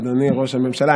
אדוני ראש הממשלה,